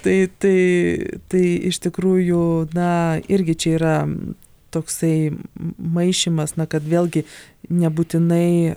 tai tai tai iš tikrųjų na irgi čia yra toksai m maišymas na kad vėlgi nebūtinai